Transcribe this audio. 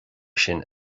sin